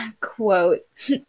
quote